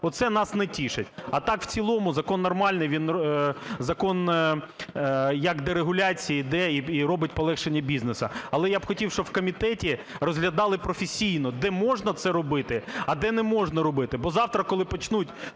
Оце нас не тішить. А так в цілому закон нормальний, закон як дерегуляції йде і робить полегшення бізнесу. Але я б хотів, щоб в комітеті розглядали професійно, де можна це робити, а де не можна робити.